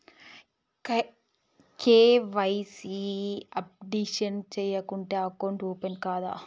KYC updation చేయకుంటే account open కాదా?